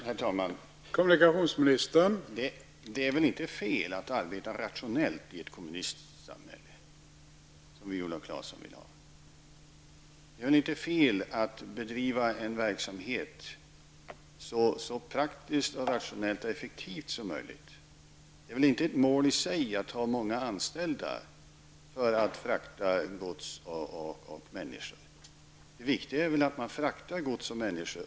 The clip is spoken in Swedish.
Herr talman! Det är väl inte fel att arbeta rationellt i ett kommunistiskt samhälle, som Viola Claesson förordar? Är det fel att bedriva en verksamhet så praktiskt, rationellt och effektivt som möjligt? Det är väl inte ett mål i sig att ha många anställda för att frakta gods och människor? Det viktiga för ett trafikföretag är ju att man fraktar gods och människor.